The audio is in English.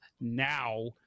now